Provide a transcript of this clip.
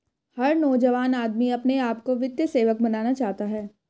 हर नौजवान आदमी अपने आप को वित्तीय सेवक बनाना चाहता है